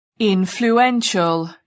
Influential